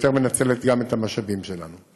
ויותר מנצלת גם את המשאבים שלנו.